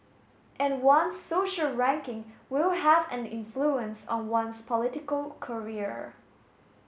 and one's social ranking will have an influence on one's political career